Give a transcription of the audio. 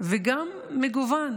וגם מגוון,